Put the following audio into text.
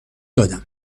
دادم